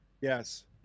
Yes